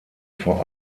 vor